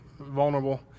vulnerable